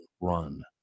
run